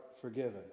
forgiven